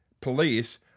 police